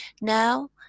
Now